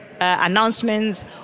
announcements